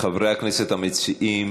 חברי הכנסת המציעים,